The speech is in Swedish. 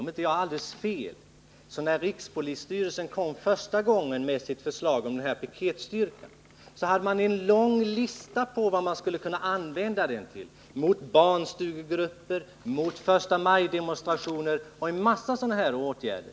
Om inte jag har alldeles fel hade Tisdagen den rikspolisstyrelsen, när man första gången lade fram sitt förslag om 27 maj 1980 piketstyrkan, en lång lista på vad den skulle kunna användas till, t.ex. mot barnstugegrupper, mot förstamajdemonstrationer och en mängd sådana Om inrättande åtgärder.